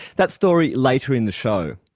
that story later in the show.